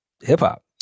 hip-hop